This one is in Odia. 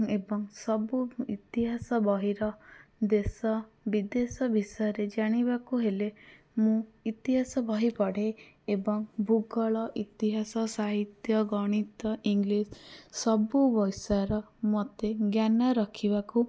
ଏବଂ ସବୁ ଇତିହାସ ବହିର ଦେଶ ବିଦେଶ ବିଷୟରେ ଜାଣିବାକୁ ହେଲେ ମୁଁ ଇତିହାସ ବହି ପଢ଼େ ଏବଂ ଭୂଗୋଳ ଇତିହାସ ସାହିତ୍ୟ ଗଣିତ ଇଂଲିଶ୍ ସବୁ ବଷୟର ମୋତେ ଜ୍ଞାନ ରଖିବାକୁ